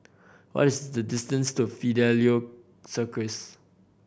what is the distance to Fidelio Circus